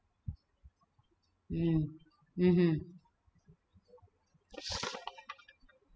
mm mmhmm